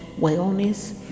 wellness